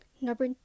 Number